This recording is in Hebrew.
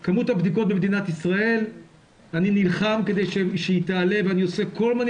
אני נלחם כדי כמות הבדיקות במדינת ישראל תעלה ואני עושה כל מיני